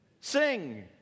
Sing